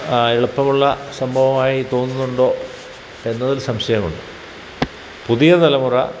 എളുപ്പമുള്ള സംഭവമായി തോന്നുന്നുണ്ടോ എന്നതിൽ സംശയമുണ്ട് പുതിയ തലമുറ